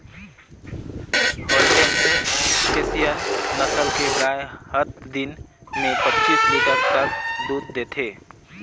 Holstein Friesian नसल के गाय हत दिन में पच्चीस लीटर तक दूद देथे